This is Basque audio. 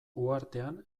uhartean